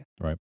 Right